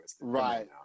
Right